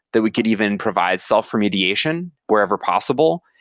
that we could even provide self remediation wherever possible,